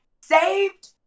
saved